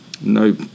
No